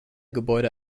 gebäude